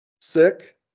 sick